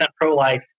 pro-life